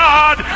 God